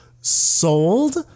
sold